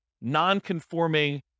non-conforming